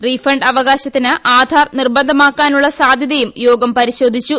refund അവകാശത്തിന് ആധാർ നിർബന്ധമാക്കാനുള്ള സാധ്യതയും യ്യോഗം പരിശോധിച്ചു